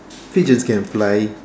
pigeons can fly